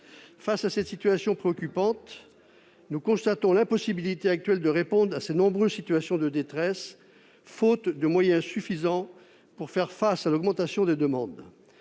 Face à cette situation préoccupante, nous constatons l'impossibilité actuelle de répondre aux nombreuses situations de détresse, faute des moyens suffisants pour faire face à l'augmentation des demandes